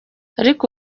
ariko